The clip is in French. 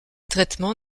traitement